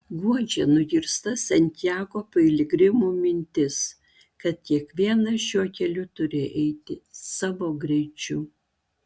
guodžia nugirsta santiago piligrimų mintis kad kiekvienas šiuo keliu turi eiti savo greičiu